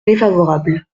défavorable